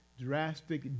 drastic